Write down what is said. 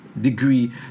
degree